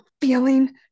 feeling